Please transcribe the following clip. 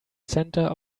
center